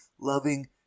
loving